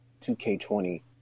2K20